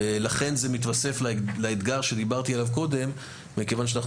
ולכן זה מתווסף לאתגר שדיברתי עליו קודם מכיוון שאנחנו